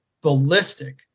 ballistic